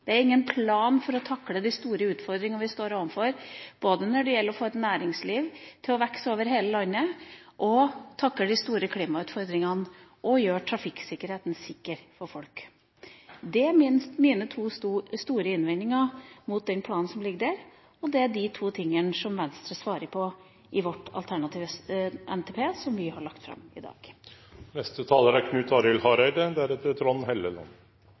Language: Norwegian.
det er ingen plan for samferdsel. Det er ingen plan for å takle de store utfordringene vi står overfor, verken for å få næringslivet til å vokse over hele landet, for å takle de store klimautfordringene eller for å gjøre trafikken sikker for folk. Det er mine to store innvendinger mot den planen som ligger der. Og det er de to tingene Venstre svarer på i vår alternative NTP som vi har lagt fram i dag. Det har vore heilt tydeleg at dei raud-grøne sin strategi i dag er